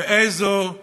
באיזו מגלשה,